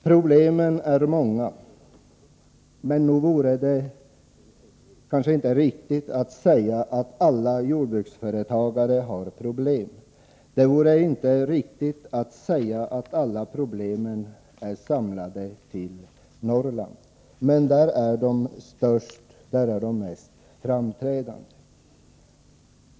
Problemen är många, men det vore kanske inte riktigt att säga att alla jordbruksföretagare har problem. Det vore inte heller riktigt att säga att alla problemen är samlade till Norrland, men där är de störst och mest påfallande.